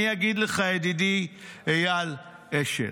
אני אגיד לך, ידידי אייל אשל,